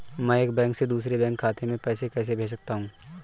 मैं एक बैंक से दूसरे बैंक खाते में पैसे कैसे भेज सकता हूँ?